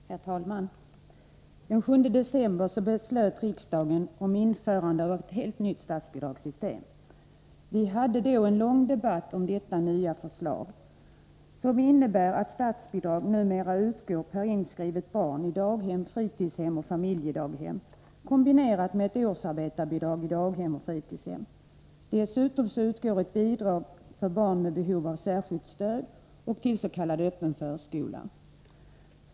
Herr talman! Den 7 december 1983 beslöt riksdagen om införande av ett helt nytt statsbidragssystem. Vi hade då en lång debatt om detta nya system, som innebär att statsbidrag numera utgår per inskrivet barn i daghem, fritidshem och familjedaghem kombinerat med ett årsarbetarbidrag i daghem och fritidshem. Dessutom utgår bidrag för barn med behov av särskilt stöd och till s.k. öppen förskola.